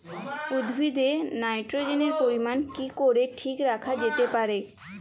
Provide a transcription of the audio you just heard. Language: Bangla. উদ্ভিদে নাইট্রোজেনের পরিমাণ কি করে ঠিক রাখা যেতে পারে?